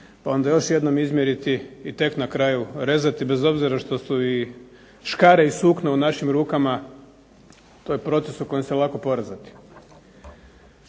pa onda još jednom izmjeriti i tek na kraju rezati bez obzira što su i škare i sukno u našim rukama, to je proces u kojem se lako porezati.